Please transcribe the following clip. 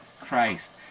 Christ